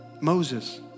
Moses